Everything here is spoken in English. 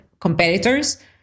competitors